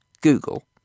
Google